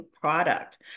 product